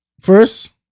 first